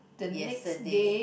yesterday